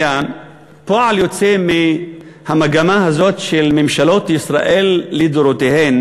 פועל יוצא מהמגמה הזאת של ממשלות ישראל לדורותיהן